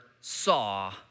saw